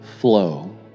flow